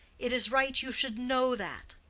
it is right you should know that.